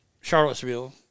Charlottesville